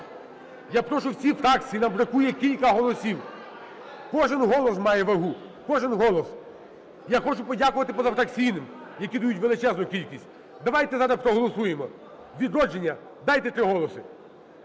Я прошу всі фракції, нам бракує кілька голосів. Кожен голос має вагу, кожен голос. Я хочу подякувати позафракційним, які дають величезну кількість. Давайте зараз проголосуємо. "Відродження", дайте три голоси.